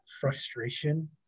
frustration